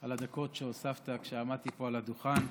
על הדקות שהוספת כשעמדתי פה על הדוכן.